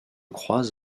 crois